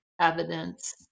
evidence